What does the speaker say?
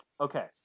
okay